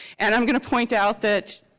and i'm going to point out that.